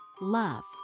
love